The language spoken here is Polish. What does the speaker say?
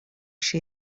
się